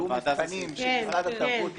יהיו מבחנים שמשרד התרבות יפרסם,